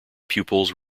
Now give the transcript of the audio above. pupils